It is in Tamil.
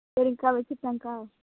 சரிங்க்கா வெச்சிடடாங்க்கா